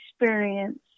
experience